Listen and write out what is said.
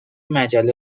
مجله